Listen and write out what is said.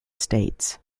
states